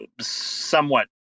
somewhat